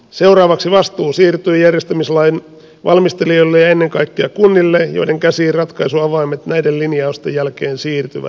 seuraavaksi vastuu siirtyy järjestämislain valmistelijoille ja ennen kaikkea kunnille joiden käsiin ratkaisun avaimet näiden linjausten jälkeen siirtyvät